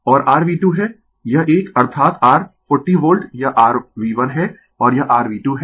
Refer Slide Time 0740 और rV2 है यह एक अर्थात r40 वोल्ट यह rV1 है और यह rV2 है